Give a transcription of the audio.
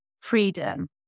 freedom